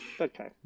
Okay